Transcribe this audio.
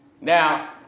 Now